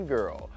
Girl